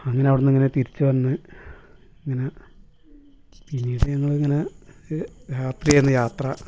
അങ്ങനെ അവിടുന്ന് ഇങ്ങനെ തിരിച്ചു വന്ന് ഇങ്ങനെ പിന്നീട് എന്ന് ഇങ്ങനെ ഒരു രാത്രിയായിരുന്നു യാത്ര